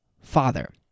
Father